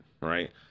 Right